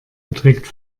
beträgt